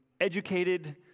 educated